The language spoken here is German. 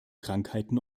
krankheiten